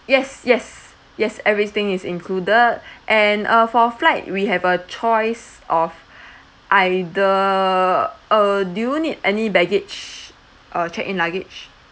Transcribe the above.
yes yes yes everything is included and uh for flight we have a choice of either uh do you need any baggage uh check in luggage